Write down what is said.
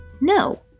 No